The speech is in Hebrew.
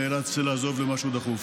שנאלץ לעזוב למשהו דחוף,